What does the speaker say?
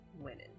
women